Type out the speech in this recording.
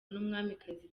n’umwamikazi